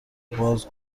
باز